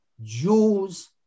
Jews